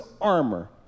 armor